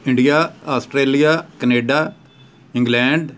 India Australia Canada England